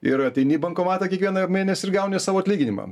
ir ateini į bankomatą kiekvieną mėnesį ir gauni savo atlyginimą